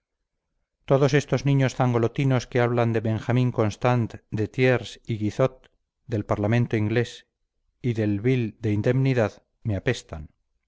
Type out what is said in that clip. todos estos niños zangolotinos que hablan de benjamín constant de thiers y guizot del parlamento inglés y del bill de indemnidad me apestan